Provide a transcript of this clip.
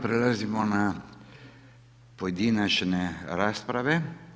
Prelazimo na pojedinačne rasprave.